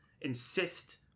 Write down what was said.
insist